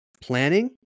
planning